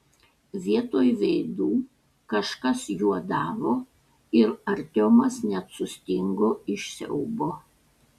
vietoj veidų kažkas juodavo ir artiomas net sustingo iš siaubo